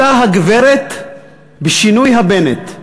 אותה הגברת בשינוי הבנט.